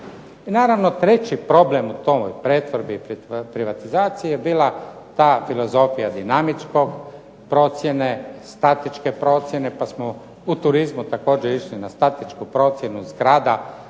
naravno treći problem u toj pretvorbi i privatizaciji je bila ta filozofija dinamičkog, procjene, statičke procjene pa smo u turizmu također išli na statičku procjenu zgrada